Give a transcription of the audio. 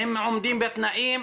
אם עומדים בתנאים?